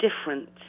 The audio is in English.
different